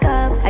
up